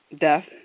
Death